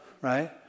right